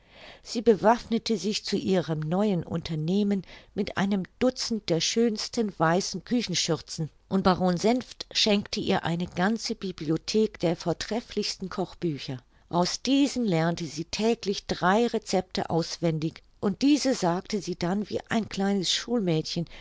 sie bewaffnete sich zu ihrem neuen unternehmen mit einem dutzend der schönsten weißen küchenschürzen und baron senft schenkte ihr eine ganze bibliothek der vortrefflichsten kochbücher aus diesen lernte sie täglich drei recepte auswendig und diese sagte sie dann wie ein kleines schulmädchen